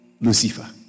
Lucifer